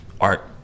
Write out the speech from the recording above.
art